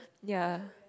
ya